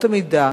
באמות המידה,